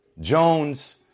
Jones